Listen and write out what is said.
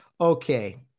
Okay